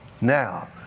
Now